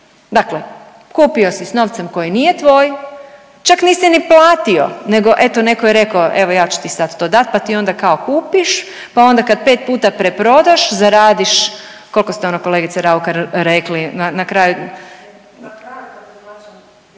dakle kupio si s novcem koji nije tvoj, čak nisi ni platio nego eto neko je rekao evo ja ću ti sad to dat, pa ti onda kao kupiš, pa onda kad pet puta preprodaš zaradiš, koliko ste ono kolegice Raukar rekli na kraju…/Upadice iz